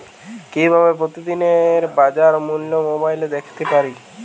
কিভাবে প্রতিদিনের বাজার মূল্য মোবাইলে দেখতে পারি?